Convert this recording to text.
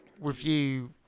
review